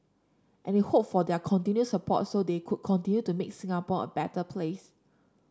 and he hoped for their continued support so they could continue to make Singapore a better place